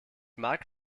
mag